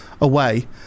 away